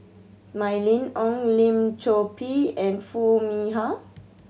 Mylene Ong Lim Chor Pee and Foo Mee Har